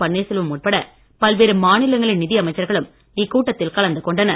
பன்னீர்செல்வம் உட்பட பல்வேறு மாநிலங்களின் நிதி அமைச்சர்களும் இக்கூட்டத்தில் கலந்து கொண்டனர்